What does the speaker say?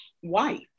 white